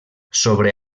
sobre